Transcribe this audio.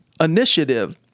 initiative